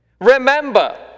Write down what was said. Remember